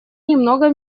немного